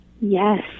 Yes